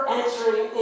entering